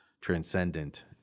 transcendent